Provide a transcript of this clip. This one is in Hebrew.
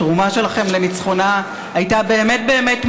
התרומה שלכם לניצחונה הייתה באמת באמת משמעותית.